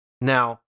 now